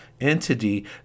entity